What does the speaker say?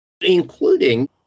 including